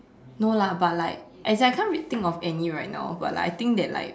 no lah but like as in I can't really think of any right now but like I think that like